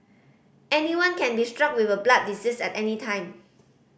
anyone can be struck with a blood disease at any time